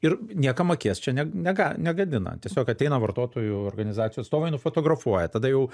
ir niekam akies čia ne nega negadina tiesiog ateina vartotojų organizacijų atstovai nufotografuoja tada jau